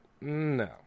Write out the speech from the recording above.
no